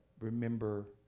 remember